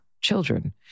children